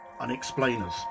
unexplainers